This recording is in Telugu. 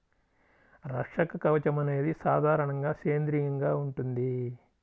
రక్షక కవచం అనేది సాధారణంగా సేంద్రీయంగా ఉంటుంది